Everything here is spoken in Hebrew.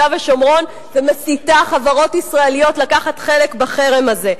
ושומרון ומסיתה חברות ישראליות לקחת חלק בחרם הזה,